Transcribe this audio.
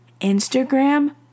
Instagram